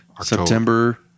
September